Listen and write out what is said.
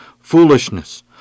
foolishness